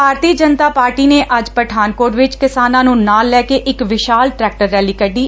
ਭਾਰਤੀ Janata Party ਨੇ ਅੱਜ ਪਠਾਨਕੋਟ ਵਿਚ ਕਿਸਾਨਾਂ ਨੂੰ ਨਾਲ ਲੈ ਕੇ ਇਕ ਵਿਸ਼ਾਲ ਟਰੈਕਟਰ ਰੈਲੀ ਕੱਢੀ